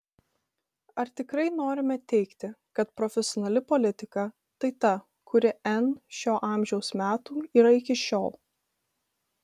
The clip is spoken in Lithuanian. ar tikrai norime teigti kad profesionali politika tai ta kuri n šio amžiaus metų yra iki šiol